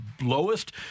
lowest